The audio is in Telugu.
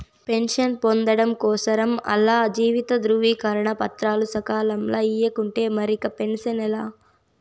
పెన్షన్ పొందడం కోసరం ఆల్ల జీవిత ధృవీకరన పత్రాలు సకాలంల ఇయ్యకుంటే మరిక పెన్సనే లా